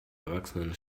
erwachsenen